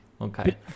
Okay